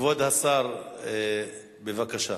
כבוד השר, בבקשה.